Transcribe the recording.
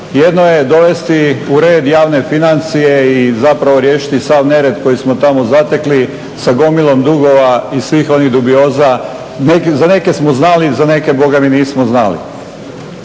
Jedno je dovesti u red javne financije i zapravo riješiti sav nered koji smo tamo zatekli sa gomilom dugova i svih onih dubioza. Na neke smo znali za neke bogami nismo znali.